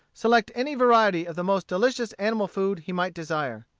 select any variety of the most delicious animal food he might desire.